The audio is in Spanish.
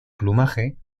plumaje